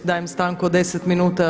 Dajem stanku od 10 minuta.